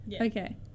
Okay